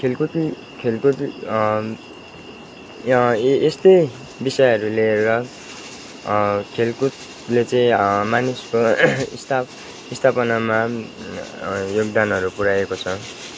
खेलकुद खेलकुद यस्तै विषयहरू लिएर खेलकुदले चाहिँ मानिसको स्थाप स्थापनामा योगदानहरू पुऱ्याएको छ